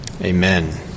Amen